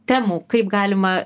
temų kaip galima